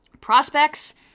Prospects